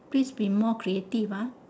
please be more creative ah